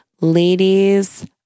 Ladies